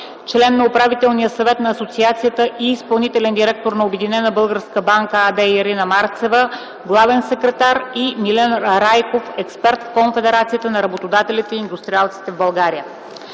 член на УС на асоциацията и изпълнителен директор на „Обединена българска банка” АД, и Ирина Марцева – главен секретар, и Милен Райков – експерт в Конфедерацията на работодателите и индустриалците в България.